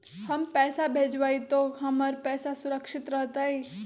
हम पैसा भेजबई तो हमर पैसा सुरक्षित रहतई?